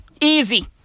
Easy